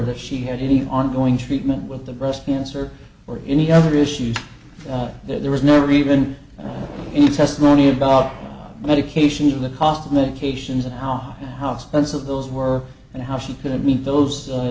that she had any ongoing treatment with the breast cancer or any other issues there was never even testimony about medications and the cost of medications and how how expensive those were and how she couldn't meet those